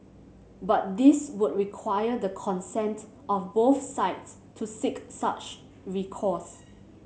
but this would require the consent of both sides to seek such recourse